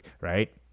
right